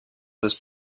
this